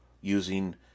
using